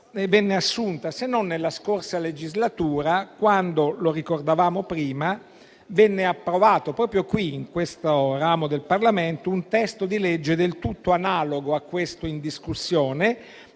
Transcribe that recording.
venne assunta, se non nella scorsa legislatura, quando - lo ricordavamo prima - venne approvato, proprio in questo ramo del Parlamento, un testo di legge del tutto analogo a quello oggi in discussione,